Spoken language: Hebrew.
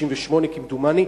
1998 כמדומני,